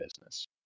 business